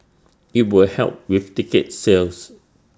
IT will help with ticket sales